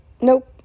Nope